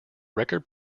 record